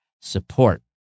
support